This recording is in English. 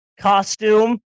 costume